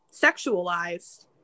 sexualized